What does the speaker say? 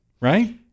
right